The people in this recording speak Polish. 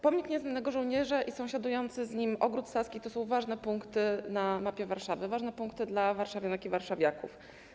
Pomnik Nieznanego Żołnierza i sąsiadujący z nim Ogród Saski to są ważne punkty na mapie Warszawy, ważne punkty dla warszawianek i warszawiaków.